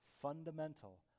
fundamental